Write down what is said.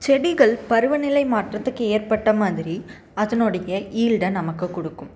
செடிகள் பருவநிலை மாற்றத்துக்கு ஏற்பட்ட மாதிரி அதனுடைய ஈள்ட நமக்கு கொடுக்கும்